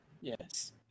Yes